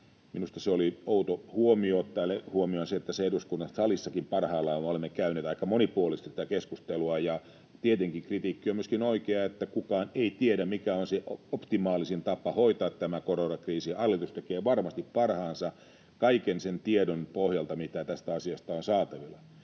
Minusta se oli outo huomio ottaen huomioon sen, että tässä eduskunnan salissakin parhaillaan me olemme käyneet aika monipuolisesti tätä keskustelua, ja tietenkin se kritiikki on myöskin oikea, että kukaan ei tiedä, mikä on se optimaalisin tapa hoitaa tämä koronakriisi. Hallitus tekee varmasti parhaansa kaiken sen tiedon pohjalta, mitä tästä asiasta on saatavilla.